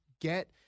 get